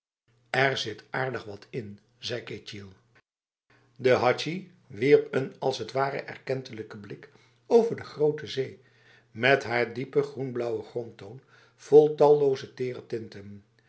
zit aardig wat in zei ketjil de hadji wierp een als t ware erkentelijke blik over de grote zee met haar diepe groenblauwe grondtoon vol talloze tere tinten